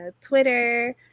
Twitter